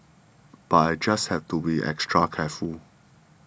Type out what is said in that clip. but I just have to be extra careful